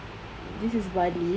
this is balif